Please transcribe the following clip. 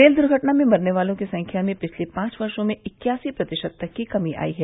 rail दुर्घटना में मरने वालों की संख्या में पिछले पांच वर्षो में इक्यासी प्रतिशत तक की कमी आई है